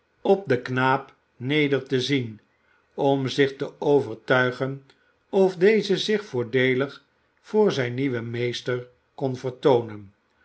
op den knaap neder te zien om zich te overtuigen of deze zich voordeelig voor zijn nieuwen meester kon